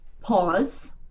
pause